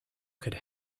could